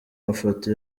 mafoto